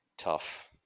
tough